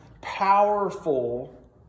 powerful